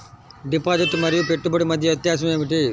Deposit మరియు పెట్టుబడి మధ్య వ్యత్యాసం ఏమిటీ?